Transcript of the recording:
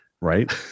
right